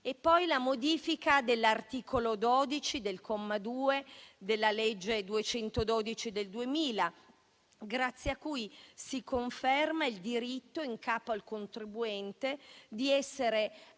poi la modifica dell'articolo 12, comma 2, della legge n. 212 del 2000, grazie a cui si conferma il diritto, in capo al contribuente, di essere